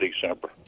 December